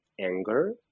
anger